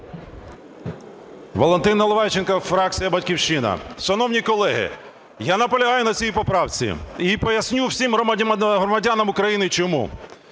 Валентин Наливайченко, фракція "Батьківщина". Шановні колеги, я наполягаю на цій поправці, і поясню всім громадянам України чому.